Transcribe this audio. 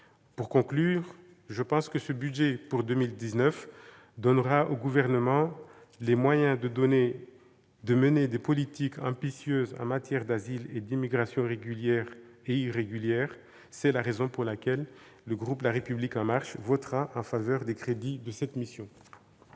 Pour conclure, je pense que ce budget pour 2019 donnera au Gouvernement les moyens de mener des politiques ambitieuses en matière d'asile et d'immigration régulière et irrégulière. C'est la raison pour laquelle le groupe La République En Marche votera en faveur des crédits de cette mission.